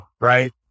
right